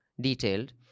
detailed